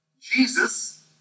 Jesus